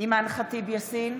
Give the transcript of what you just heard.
בהצבעה אימאן ח'טיב יאסין,